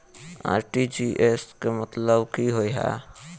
RTGS केँ मतलब की होइ हय?